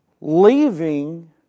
Leaving